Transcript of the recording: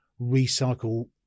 recycle